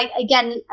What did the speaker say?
again